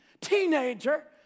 teenager